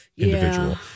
individual